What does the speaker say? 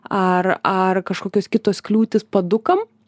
ar ar kažkokios kitos kliūtys padukam